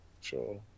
Sure